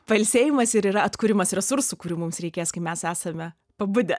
pailsėjimas ir yra atkūrimas resursų kurių mums reikės kai mes esame pabudę